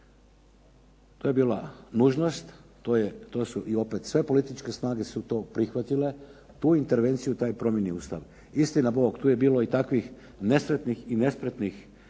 To je bila nužnost, to su i opet, sve političke snage su to prihvatile. Tu intervenciju, taj promijenjeni Ustav. Istina Bog tu je bilo i takvih nesretnih i nespretnih